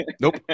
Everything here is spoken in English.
Nope